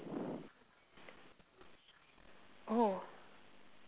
oh